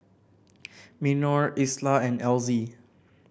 Minor Isla and Elzy